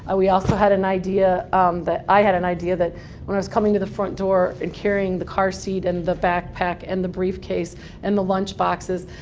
ah we also had an idea that i had an idea that when i was coming to the front door and carrying the car seat and the backpack and the briefcase and the lunch boxes,